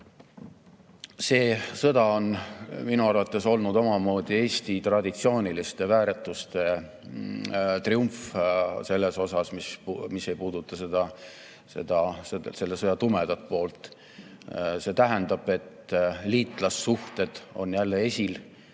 See sõda on minu arvates olnud omamoodi Eesti traditsiooniliste väärtuste triumf selles osas, mis ei puuduta selle sõja tumedat poolt. See tähendab, et liitlassuhted on jälle esil,